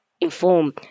informed